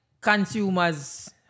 consumers